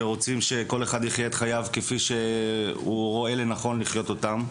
ורוצים שכל אחד יחיה את חייו כפי שהוא רואה לנכון לחיות אותם.